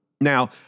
Now